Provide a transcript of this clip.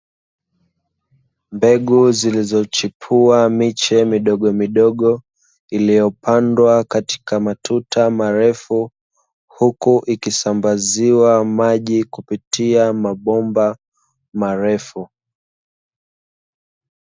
Mbegu zilizochipua miche midogomidogo iliyopandwa katika matuta marefu huku ikisambaziwa maji kupitia mabomba marefu